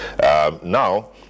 Now